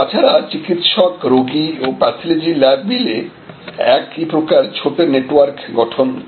তাছাড়া চিকিৎসক রোগী ও প্যাথলজি ল্যাব মিলে একই প্রকার ছোট নেটওয়ার্ক গঠন করে